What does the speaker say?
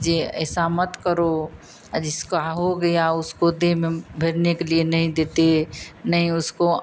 ये ऐसा मत करो अ जिसका हो गया उसकाे दे मम भरने के लिए नहीं देते नहीं उसको